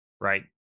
right